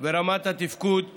ורמת התפקוד שלו,